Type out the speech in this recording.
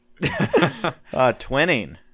Twinning